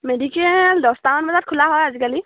medical দহটামান বজাত খোলা হয় আজিকালি